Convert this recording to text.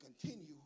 continue